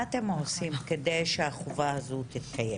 מה אתם עושים כדי שהחובה הזאת תתקיים?